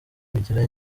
bigira